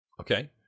Okay